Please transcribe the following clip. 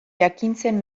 jakintzen